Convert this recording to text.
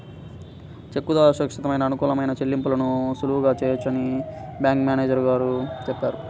చెక్కు ద్వారా సురక్షితమైన, అనుకూలమైన చెల్లింపులను సులువుగా చేయవచ్చని బ్యాంకు మేనేజరు గారు చెప్పారు